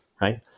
right